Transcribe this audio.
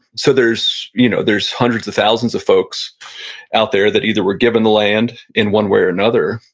so there's you know there's hundreds of thousands of folks out there that either were given the land in one way or another,